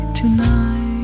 tonight